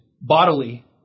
bodily